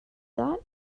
that